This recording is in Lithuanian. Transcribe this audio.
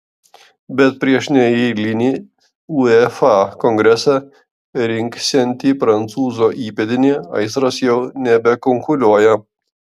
bet prieš neeilinį uefa kongresą rinksiantį prancūzo įpėdinį aistros jau nebekunkuliuoja